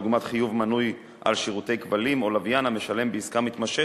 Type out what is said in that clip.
אדוני היושב-ראש, כבוד השר, חברת הכנסת,